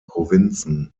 provinzen